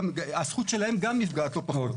הזכות שלהם גם נפגעת לא פחות.